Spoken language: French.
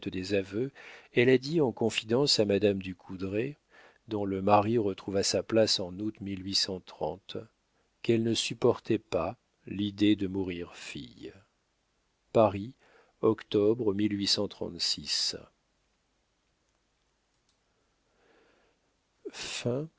des aveux elle a dit en confidence à madame du coudrai dont le mari retrouva sa place en août quelle ne supportait pas l'idée de mourir fille paris octobre